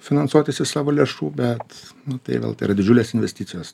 finansuotis iš savo lėšų bet tai vėl tai yra didžiulės investicijos